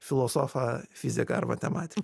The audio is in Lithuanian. filosofą fiziką ar matematiką